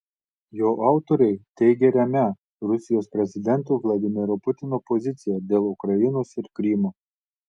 jo autoriai teigia remią rusijos prezidento vladimiro putino poziciją dėl ukrainos ir krymo